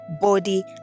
body